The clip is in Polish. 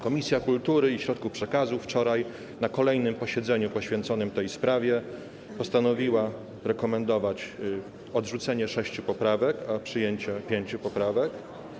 Komisja Kultury i Środków Przekazu wczoraj na kolejnym posiedzeniu poświęconym tej sprawie postanowiła rekomendować odrzucenie sześciu i przyjęcie pięciu poprawek.